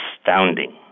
astounding